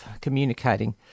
communicating